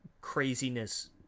craziness